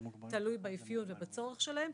תלוי באפיון ובצורך שלהם,